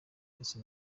ndetse